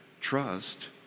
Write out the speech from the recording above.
trust